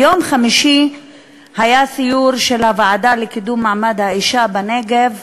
ביום חמישי היה סיור של הוועדה לקידום מעמד האישה בנגב,